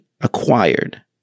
acquired